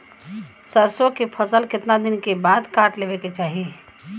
सरसो के फसल कितना दिन के बाद काट लेवे के चाही?